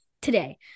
Today